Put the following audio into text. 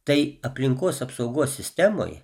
tai aplinkos apsaugos sistemoj